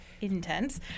intense